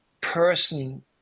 person